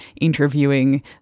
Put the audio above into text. interviewing